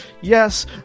Yes